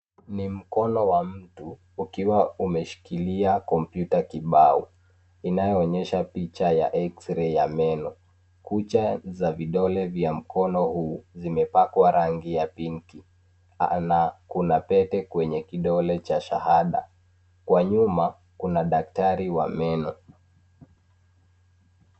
Ni mkono wa mtu ukiwa umeshikilia kompyuta kibao inayoonyesha picha ya eksirei ya meno. Kucha za vidole vya mkono huu, zimepakwa rangi ya pinki na kuna pete kwenye kidole cha shahada. Kwa nyuma, kuna daktari wa meno.